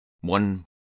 One